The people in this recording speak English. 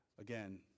Again